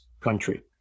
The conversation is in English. country